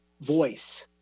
voice